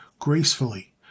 gracefully